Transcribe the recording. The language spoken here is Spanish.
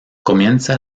comienza